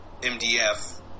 MDF